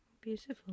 Beautiful